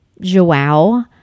Joao